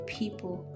people